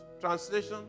translation